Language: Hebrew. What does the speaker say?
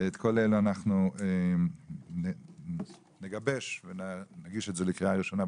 את כל אלה אנחנו נגבש ונגיש את זה לקריאה ראשונה,